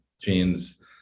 genes